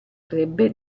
crebbe